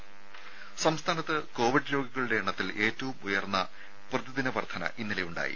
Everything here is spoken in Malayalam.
ദേശ സംസ്ഥാനത്ത് കോവിഡ് രോഗികളുടെ എണ്ണത്തിൽ ഏറ്റവും ഉയർന്ന പ്രതിദിന വർദ്ധന ഇന്നലെ ഉണ്ടായി